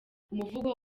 umuvugo